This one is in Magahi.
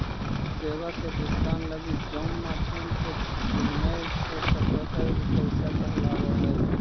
सेवा के भुगतान लगी जउन माध्यम से विनिमय हो सकऽ हई उ पैसा कहलावऽ हई